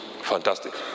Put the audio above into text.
Fantastic